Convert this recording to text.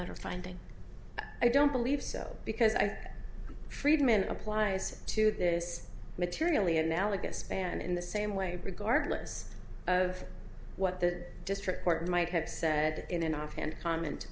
t or finding i don't believe so because i friedman applies to this materially analogous band in the same way regardless of what the district court might have said in an offhand comment